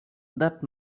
that